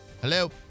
Hello